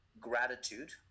gratitude